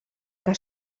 que